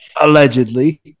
Allegedly